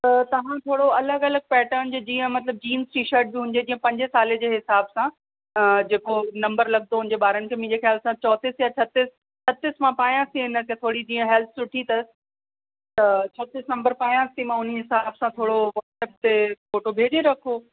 त तव्हां थोरो अलॻि अलॻि पैटन जीअं मतिलबु जींस टीशट बि हुजे जीअं पंजे साल जे हिसाब सां जेको नंबर लॻंदो हुजे ॿारनि खे त मुंहिंजे ख़्याल सां चौतीस या छत्तीस छत्तीस मां पायां थी इन ते थोरी जीअं हैल्थ सुठी अथसि त छत्तीस नंबर पायां थी मां उन्हीअ हिसाब सां थोरो वट्सअप ते फोटो भेजे रखो